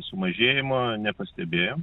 sumažėjimo nepastebėjom